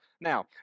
Now